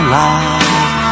life